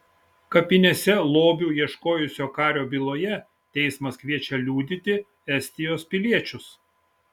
kapinėse lobių ieškojusio kario byloje teismas kviečia liudyti estijos piliečius